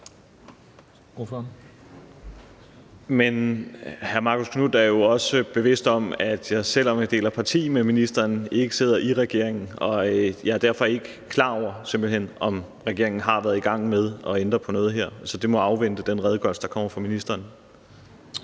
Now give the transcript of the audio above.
(S): Hr. Marcus Knuth er jo også bevidst om, at jeg, selv om jeg deler parti med ministeren, ikke sidder i regeringen, og jeg er derfor simpelt hen ikke klar over, om regeringen har været i gang med at ændre på noget her. Så det må afvente den redegørelse, der kommer fra ministeren.